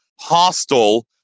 hostile